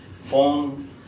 phone